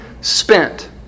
spent